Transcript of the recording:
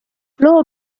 loo